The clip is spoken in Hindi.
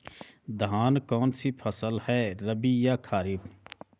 धान कौन सी फसल है रबी या खरीफ?